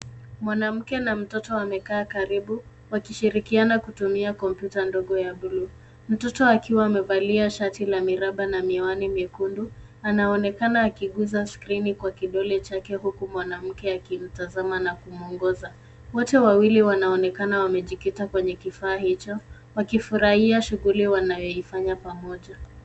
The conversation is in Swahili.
Mwanamke na mtoto wamekaa karibu wakishirikiana kutumia kompyuta ndogo ya buluu. Mtoto akiwa amevalia shati la miraba na miwani mekundu anaonekana akigusa skrini kwa kidole chake huku mwanamke akimtazama na kumwongoza. Wote wawili wanaonekana wamejikita kwenye kifaa hicho wakifurahia shughuli wanayoifanya pamoja.